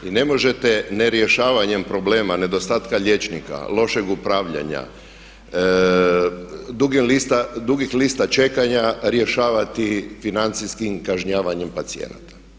I ne možete ne rješavanjem problema nedostatka liječnika, lošeg upravljanja, dugih lista čekanja rješavati financijskim kažnjavanjem pacijenata.